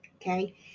Okay